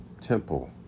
temple